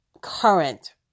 current